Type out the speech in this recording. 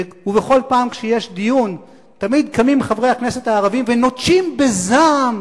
ובכל פעם כשיש דיון תמיד קמים חברי הכנסת הערבים ונוטשים בזעם,